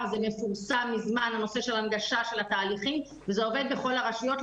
מפורסם נושא ההנגשה והתהליכים וזה עובד בכל הרשויות,